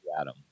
Adam